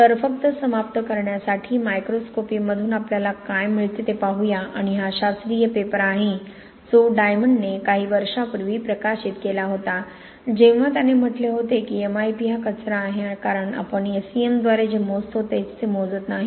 तर फक्त समाप्त करण्यासाठी मायक्रोस्कोपीमधून आपल्याला काय मिळते ते पाहूया आणि हा शास्त्रीय पेपर आहे जो डायमंडने काही वर्षांपूर्वी प्रकाशित केला होता जेव्हा त्याने म्हटले होते की एमआयपी हा कचरा आहे कारण आपण SE M द्वारे जे मोजता तेच ते मोजत नाही